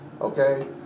okay